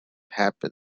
happen